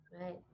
right